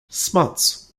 smuts